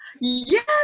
yes